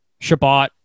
Shabbat